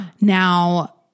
Now